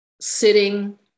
sitting